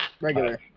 regular